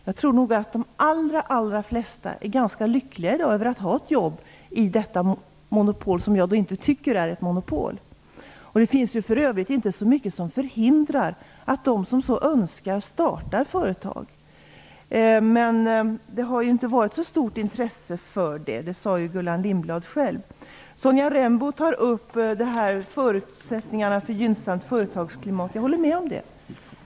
Jag tror nog att de allra flesta i dag är ganska lyckliga över att ha ett jobb inom sina områden, som jag väl inte tycker är monopol. Det finns för övrigt inte så mycket som förhindrar dem som så önskar att starta företag. Men det har inte varit så stort intresse för det - det sade ju Gullan Sonja Rembo tar upp förutsättningarna för ett gynnsamt företagsklimat, och jag håller med.